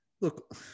Look